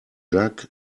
jug